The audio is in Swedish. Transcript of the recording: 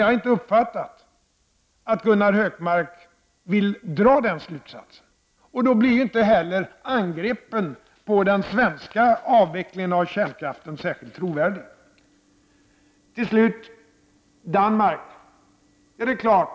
Jag har inte uppfattat att Gunnar Hökmark vill dra den slutsatsen, och då blir inte heller angreppen mot den svenska avvecklingen av kärnkraften särskilt trovärdiga. Till slut några ord om Danmark.